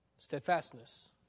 Steadfastness